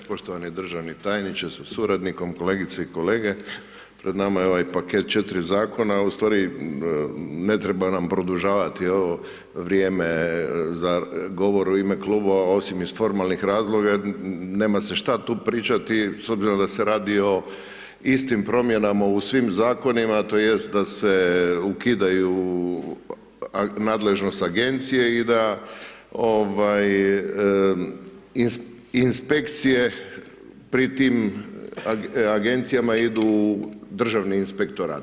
Poštovani državni tajniče sa suradnikom, kolegice i kolege, pred nama je ovaj paket 4 Zakona, u stvari, ne treba nam produžavati ovo vrijeme za govor u ime klubova, osim iz formalnih razloga jer nema se šta tu pričati s obzirom da se radi o istim promjenama u svim Zakonima tj. da se ukidaju nadležnost Agencije i da inspekcije pri tim Agencijama idu u Državni inspektorat.